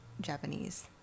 Japanese